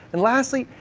and lastly,